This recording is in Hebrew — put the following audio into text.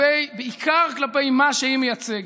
ובעיקר כלפי מה שהיא מייצגת.